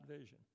vision